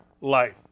life